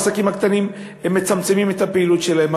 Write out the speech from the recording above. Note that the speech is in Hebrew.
העסקים הקטנים מצמצמים את הפעילות שלהם.